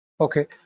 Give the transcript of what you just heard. Okay